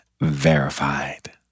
Verified